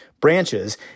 branches